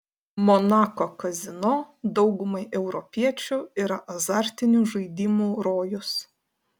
monako kazino daugumai europiečių yra azartinių žaidimų rojus